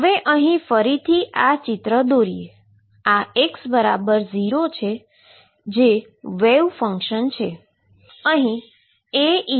અહી ફરીથી આ ચિત્ર દોરીએ આ x0 છે જે વેવ ફંક્શન છે